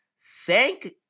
thank